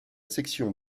section